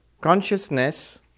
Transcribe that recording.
Consciousness